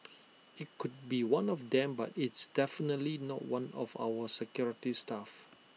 IT could be one of them but it's definitely not one of our security staff